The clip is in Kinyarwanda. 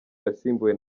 yasimbuwe